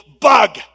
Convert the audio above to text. bug